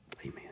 Amen